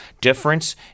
difference